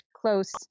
close